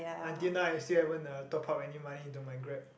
until now I still haven't uh top up any money into my Grab